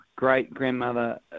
great-grandmother